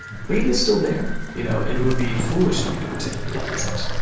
but it is still there. you know and it would be foolish of me to pretend it isn't.